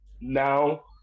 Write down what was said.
now